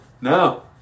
No